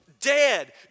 dead